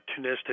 opportunistic